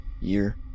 year